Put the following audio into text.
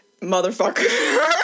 motherfucker